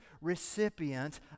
recipient